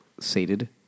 sated